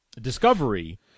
Discovery